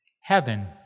Heaven